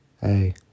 hey